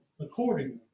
Accordingly